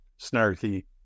snarky